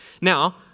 Now